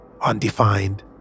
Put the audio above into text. undefined